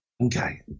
Okay